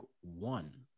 one